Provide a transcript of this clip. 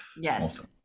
Yes